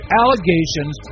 allegations